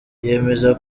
yemeza